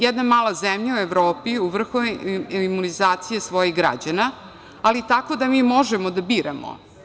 Jedna mala zemlja u Evropi u vrhu je imunizacije svojih građana, ali tako da mi možemo da biramo.